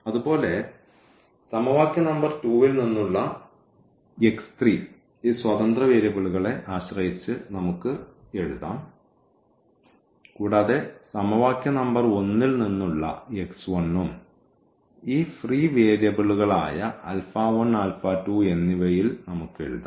അതുപോലെ ഈ സമവാക്യ നമ്പർ 2 ൽ നിന്നുള്ള ഈ സ്വതന്ത്ര വേരിയബിളുകളെ ആശ്രയിച്ച് നമുക്ക് എഴുതാം കൂടാതെ സമവാക്യ നമ്പർ 1 ൽ നിന്നുള്ള ഉം ഈ ഫ്രീ വേരിയബിളുകളായ എന്നിവയിൽ നമുക്ക് എഴുതാം